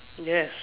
yes